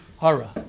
hara